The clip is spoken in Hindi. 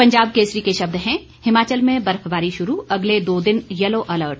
पंजाब केसरी के शब्द हैं हिमाचल में बर्फबारी शुरू अगले दो दिन यैलो अलर्ट